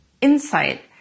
insight